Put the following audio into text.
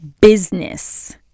business